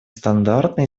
стандарты